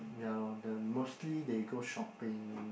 ya lor the mostly they go shopping